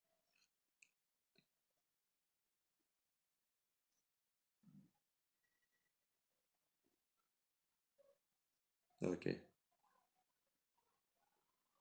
okay